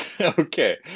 Okay